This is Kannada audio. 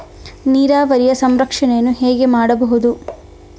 ನೀರಾವರಿಯ ಸಂರಕ್ಷಣೆಯನ್ನು ಹೇಗೆ ಮಾಡಬಹುದು?